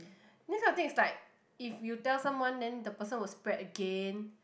this kind of thing is like if you tell someone then the person will spread again